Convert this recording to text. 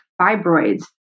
fibroids